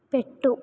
పెట్టు